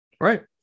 Right